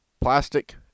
plastic